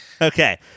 Okay